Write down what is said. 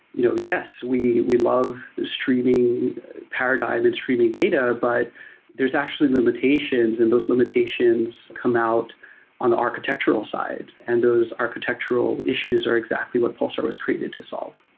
you know yes, we we love the streaming paradigm and streaming data, but there's actually limitations and those limitations come out on the architectural side. and those architectural issues are exactly what pulsar was created to solve